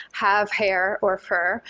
have hair or fur,